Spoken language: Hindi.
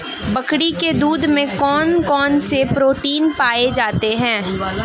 बकरी के दूध में कौन कौनसे प्रोटीन पाए जाते हैं?